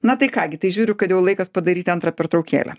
na tai ką gi tai žiūriu kad jau laikas padaryti antrą pertraukėlę